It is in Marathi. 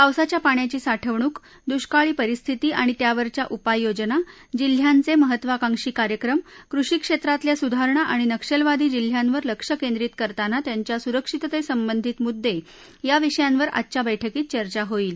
पावसाच्या पाण्याची साठवणूक दृष्काळी परिस्थिती आणि त्यावरच्या उपाययोजना जिल्ह्यांचे महत्त्वांकाक्षी कार्यक्रम कृषि क्षेत्रातल्या सुधारणा आणि नक्षलवादी जिल्ह्यांवर लक्ष केंद्रीत करताना त्यांच्या सुरक्षितेशी संबंधित मुद्दे याविषयांवर आजच्या बैठकीत चर्चा होईल